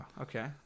Okay